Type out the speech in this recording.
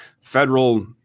federal